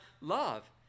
love